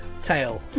tail